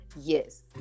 yes